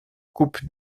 coupe